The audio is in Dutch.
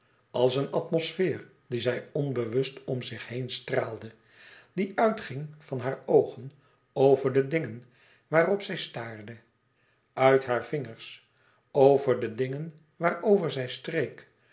als een atmosfeer die zij onbewust om zich heen straalde die uitging van haar oogen over de dingen waarop zij staarde uit hare vingers over de dingen waarover zij streek